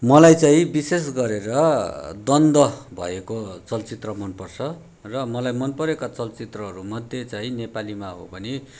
मलाई चाहिँ विशेष गरेर द्वन्द भएको चलचित्र मनपर्छ र मलाई मन परेका चलचित्रहरू मध्ये चाहिँ नेपालीमा हो भने